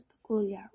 peculiar